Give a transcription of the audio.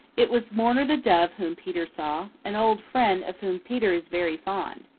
it was mourner the dove whom peter saw, an old friend of whom peter is very fond.